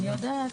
אני יודעת.